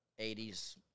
80s